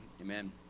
amen